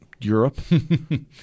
Europe